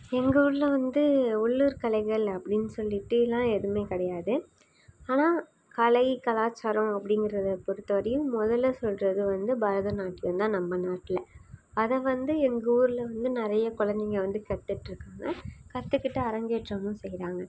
எங்கள் ஊரில் வந்து உள்ளூர் கலைகள் அப்படின்னு சொல்லிகிட்டுலாம் எதுவுமே கிடையாது ஆனால் கலை கலாச்சாரம் அப்படிங்கிறத பொறுத்தவரையும் முதல்ல சொல்வது வந்து பரதநாட்டியம் தான் நம்ம நாட்டில் அதை வந்து எங்கள் ஊரில் வந்து நிறைய குழந்தைங்க வந்து கற்றுட்டு இருக்காங்க கற்றுக்கிட்டு அரங்கேற்றமும் செய்கிறாங்க